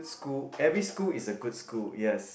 school every school is a good school yes